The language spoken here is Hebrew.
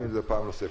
גם אם זאת פעם נוספת.